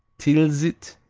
tilsit,